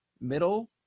middle